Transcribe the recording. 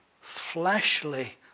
fleshly